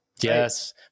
Yes